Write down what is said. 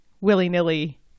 willy-nilly